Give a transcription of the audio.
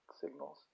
signals